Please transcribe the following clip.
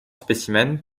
spécimens